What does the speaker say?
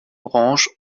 orange